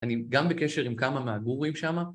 אני גם בקשר עם כמה מהגורואים שמה